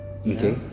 okay